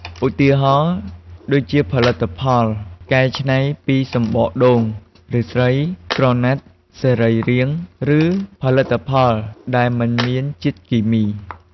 ឧទាហរណ៍ ដូចជាផលិតផលកែច្នៃពីសំបកដូង ឫស្សី ក្រណាត់សរីរាង្គ ឬផលិតផលដែលមិនមានជាតិគីមី។